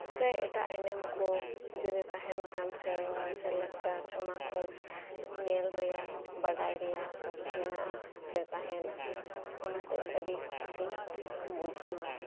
ᱥᱮ ᱮᱴᱟᱜ ᱮᱱᱮᱢᱠᱚ ᱡᱚᱫᱤ ᱛᱟᱦᱮᱱ ᱠᱷᱟᱱ ᱥᱮᱨᱣᱟ ᱥᱮ ᱞᱟᱠᱪᱟᱨ ᱚᱱᱟᱠᱚ ᱧᱮᱞ ᱨᱮᱭᱟᱜ ᱵᱟᱰᱟᱭ ᱨᱮᱭᱟᱜ ᱢᱮᱱᱟᱜᱼᱟ ᱥᱮ ᱛᱟᱦᱮᱱᱟ ᱚᱱᱟᱛᱮ ᱟᱹᱰᱤ ᱠᱩᱥᱤᱧ ᱵᱩᱡᱷᱟᱹᱣᱟ